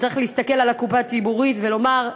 וצריך להסתכל על הקופה הציבורית ולומר: